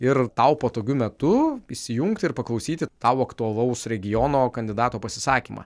ir tau patogiu metu įsijungti ir paklausyti tau aktualaus regiono kandidato pasisakymą